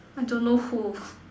I don't know who